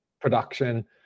production